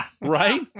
Right